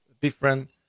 different